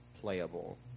playable